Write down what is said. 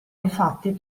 infatti